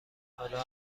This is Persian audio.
حالا